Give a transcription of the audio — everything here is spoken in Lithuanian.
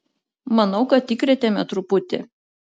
manau kad įkrėtėme truputį